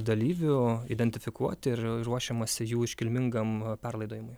dalyvių identifikuoti ir ruošiamasi jų iškilmingam perlaidojimui